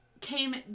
came